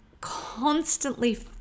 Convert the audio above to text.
constantly